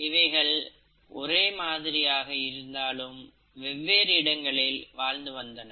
இவைகள் ஒரே மாதிரியாக இருந்தாலும் வெவ்வேறு இடங்களில் வாழ்ந்து வந்தன